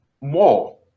more